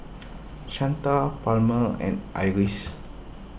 Shanta Palmer and Iris